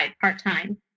part-time